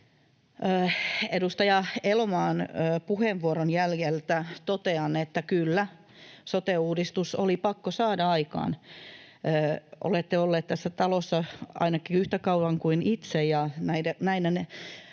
Edustaja Elomaan puheenvuoron jäljiltä totean, että kyllä, sote-uudistus oli pakko saada aikaan. Olette ollut tässä talossa ainakin yhtä kauan kuin itse, ja ainakin